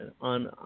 on